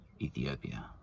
Ethiopia